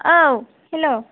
औ हेल'